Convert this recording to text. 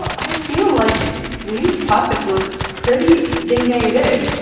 i feel like these pockets look pretty ding dang good.